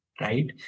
right